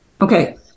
Okay